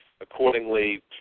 accordingly